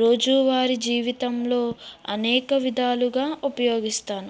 రోజువారీ జీవితంలో అనేక విధాలుగా ఉపయోగిస్తాను